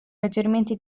leggermente